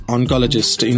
Oncologist